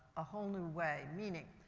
a whole new way. meaning,